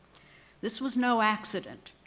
this was no accident.